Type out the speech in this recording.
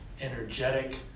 energetic